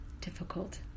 difficult